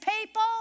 people